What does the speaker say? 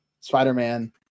Spider-Man